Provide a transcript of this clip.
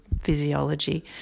physiology